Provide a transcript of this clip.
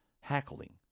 hackling